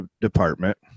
department